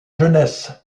jeunesse